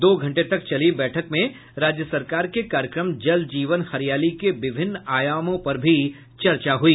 दो घंटे तक चली बैठक में राज्य सरकार के कार्यक्रम जल जीवन हरियाली के विभिन्न आयामों पर भी चर्चा हुई